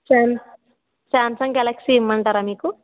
చల్ Samsung Galaxy ఇవ్వమంటారా మీకు